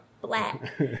black